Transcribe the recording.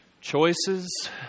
Choices